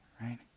right